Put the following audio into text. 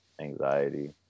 anxiety